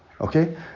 Okay